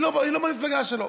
היא לא במפלגה שלו.